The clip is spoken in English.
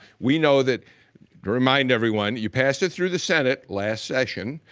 we know that remind everyone, you passed it through the senate last session,